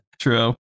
True